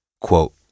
Quote